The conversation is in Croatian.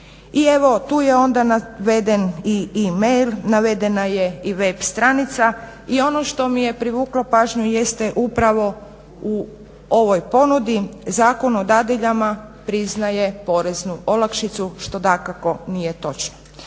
I evo tu je onda naveden i e-mail, navedena je i web stranica i ono što mi je privuklo pažnju jeste upravo u ovoj ponudi Zakon o dadiljama priznaje poreznu olakšicu što dakako nije točno.